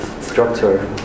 structure